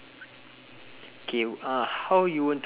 oh okay bad habits sia